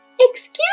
Excuse